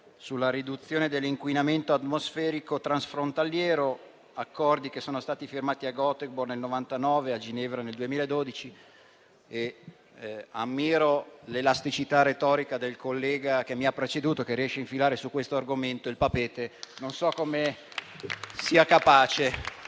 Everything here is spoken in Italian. sulla riduzione dell'inquinamento atmosferico transfrontaliero, accordi che sono stati firmati a Göteborg nel 1999 e a Ginevra nel 2012. Ammiro l'elasticità retorica del collega che mi ha preceduto, che riesce a infilare su questo argomento il Papeete, non so come ne sia capace.